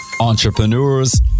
entrepreneurs